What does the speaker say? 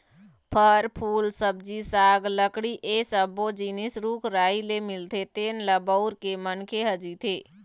फर, फूल, सब्जी साग, लकड़ी ए सब्बो जिनिस रूख राई ले मिलथे जेन ल बउर के मनखे ह जीथे